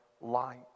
light